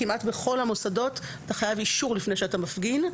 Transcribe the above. כמעט בכל המוסדות אתה חייב אישור לפני שאתה מפגין.